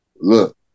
Look